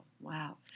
wow